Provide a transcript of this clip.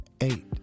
Eight